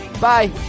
Bye